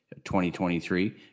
2023